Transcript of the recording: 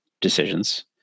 decisions